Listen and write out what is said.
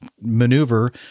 maneuver